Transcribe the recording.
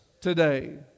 today